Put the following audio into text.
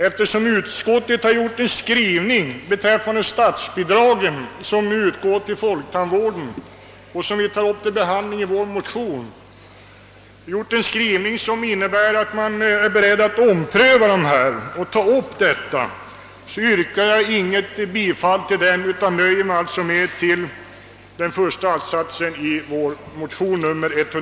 Eftersom utskottet gjort en skrivning beträtfande de statsbidrag som utgår till folktandvården — och som vi också tagit upp till behandling i vår motion — vilken innebär att man är beredd att ompröva dessa frågor, avstår jag från att i övrigt yrka bifall till motionen.